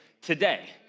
today